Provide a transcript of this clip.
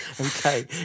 Okay